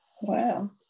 Wow